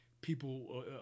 People